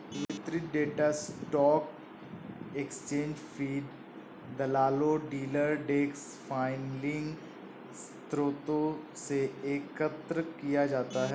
वितरित data stock exchange feed, दलालों, dealer desk filing स्रोतों से एकत्र किया जाता है